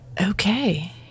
Okay